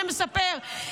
ומספר?